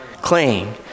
claim